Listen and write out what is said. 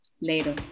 Later